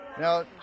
Now